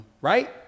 Right